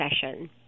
session